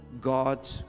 God